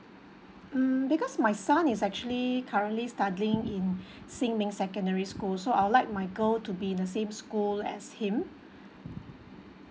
mm because my son is actually currently studying in xin min secondary school so I would like my girl to be in the same school as him